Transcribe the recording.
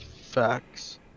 Facts